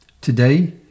Today